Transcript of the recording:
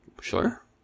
Sure